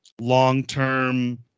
long-term